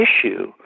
issue